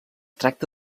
tracta